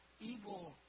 Evil